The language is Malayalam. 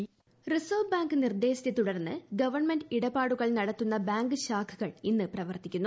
ബാങ്ക് പ്രവർത്തനം റിസർവ് ബാങ്ക് നിർദ്ദേശത്തെ തുടർന്ന് ഗവൺമെന്റ് ഇടപാടുകൾ നടത്തുന്ന ബാങ്ക് ശാഖകൾ ഇന്ന് പ്രവർത്തിക്കുന്നു